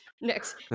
next